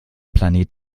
planet